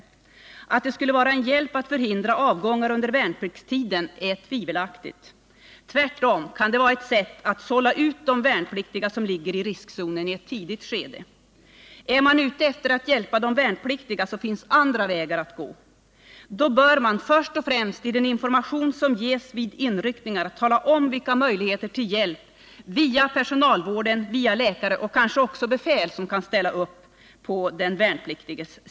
Att en sådan undersökning skulle vara en hjälp att förhindra avgång under värnpliktstiden är tvivelaktigt. Tvärtom kan den vara ett sätt att sålla ut de värnpliktiga som ligger i riskzonen i tidigt skede. Är man ute efter att hjälpa de värnpliktiga finns det andra vägar att gå. Då bör man först och främst i den information som ges vid inryckningen tala om vilka möjligheter till hjälp som finns via personalvården, läkare och kanske befäl som ställer upp för den värnpliktige.